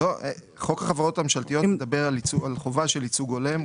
חוק החברות הממשלתיות מדבר על חובה של ייצוג הולם.